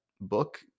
book